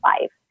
life